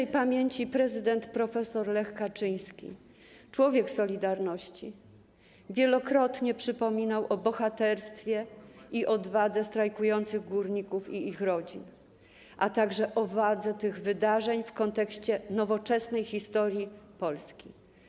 Śp. prezydent prof. Lech Kaczyński, człowiek „Solidarności”, wielokrotnie przypominał o bohaterstwie i odwadze strajkujących górników i ich rodzin, a także o wadze tych wydarzeń w kontekście nowoczesnej historii Polski.